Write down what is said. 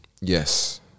Yes